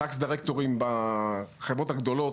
Tax Directors בחברות הגדולות.